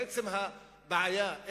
בעצם הבעיה,